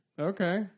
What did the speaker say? Okay